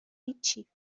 هیچی